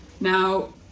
Now